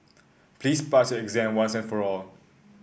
please pass your exam once and for all